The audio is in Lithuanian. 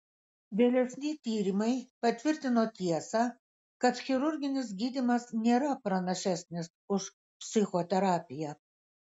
vėlesni tyrimai patvirtino tiesą kad chirurginis gydymas nėra pranašesnis už psichoterapiją